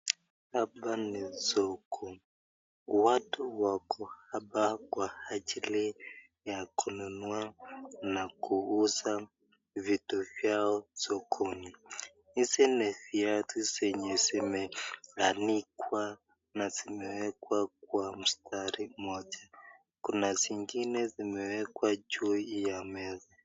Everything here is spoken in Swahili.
Hapa ni sokoni. Watu wako hapa kwa ajili ya kununua na kuuza vitu vyao sokoni. Hizi ni viatu zenye zimeanikwa na zimewekwa kwa mstari moja. Kuna zingine zimewekwa juu ya meza.